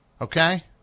Okay